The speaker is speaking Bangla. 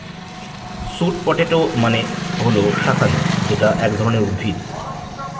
স্যুট পটেটো মানে হল শাকালু যেটা এক ধরনের উদ্ভিদ